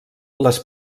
les